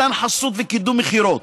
מתן חסות וקידום מכירות.